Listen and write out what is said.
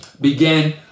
began